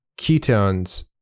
ketones